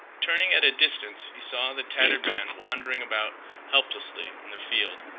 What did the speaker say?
turning at a distance he saw the tattered man wandering about helplessly in the field.